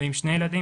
ועם שני ילדים